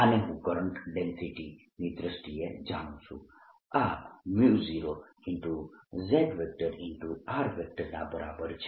આને હું કરંટ ડેન્સિટીની દ્રષ્ટિએ જાણું છું આ 0 J ના બરાબર છે